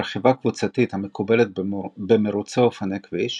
ברכיבה קבוצתית המקובלת במרוצי אופני כביש,